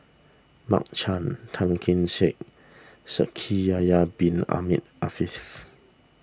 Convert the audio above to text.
Mark Chan Tan Kee Sek Shaikh Yahya Bin Ahmed Afifi